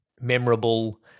memorable